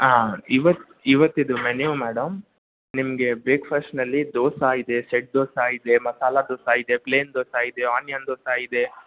ಹಾಂ ಇವತ್ತು ಇವತಿದು ಮೆನ್ಯು ಮೇಡಮ್ ನಿಮಗೆ ಬ್ರೇಕ್ಫಾಸ್ಟ್ನಲ್ಲಿ ದೋಸೆ ಇದೆ ಸೆಟ್ ದೋಸೆ ಇದೆ ಮಸಾಲೆ ದೋಸೆ ಇದೆ ಪ್ಲೇನ್ ದೋಸೆ ಇದೆ ಆನಿಯನ್ ದೋಸೆ ಇದೆ